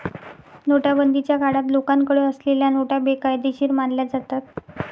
नोटाबंदीच्या काळात लोकांकडे असलेल्या नोटा बेकायदेशीर मानल्या जातात